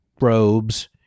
robes